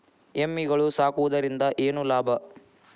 ಎಮ್ಮಿಗಳು ಸಾಕುವುದರಿಂದ ಏನು ಲಾಭ?